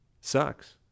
sucks